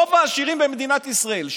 רוב העשירים במדינת ישראל,